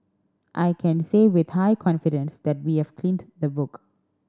I can say with high confidence that we have cleaned the book